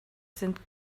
sind